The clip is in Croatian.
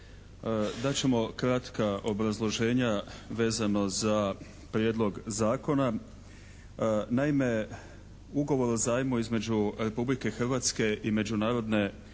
ćemo kratka obrazloženja vezano za prijedlog zakona. Naime, Ugovor o zajmu između Republike Hrvatske i Međunarodne